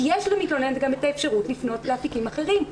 יש למתלוננת גם את האפשרות לפנות לאפיקים אחרים,